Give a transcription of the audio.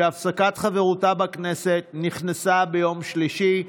שהפסקת חברותה בכנסת נכנסה לתוקפה ביום שלישי,